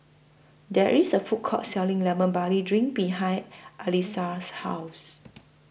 There IS A Food Court Selling Lemon Barley Drink behind Alesia's House